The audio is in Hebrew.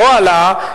לא העלאה,